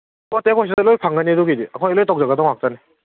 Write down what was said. ꯄꯣꯠꯇꯤ ꯑꯩꯈꯣꯏ ꯁꯤꯗ ꯂꯣꯏ ꯐꯪꯒꯅꯤ ꯑꯗꯨꯒꯤꯗꯤ ꯑꯩꯈꯣꯏ ꯂꯣꯏ ꯇꯧꯖꯒꯗꯧ ꯉꯥꯛꯇꯅꯤ